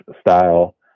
style